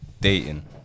dating